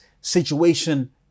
situation